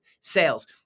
sales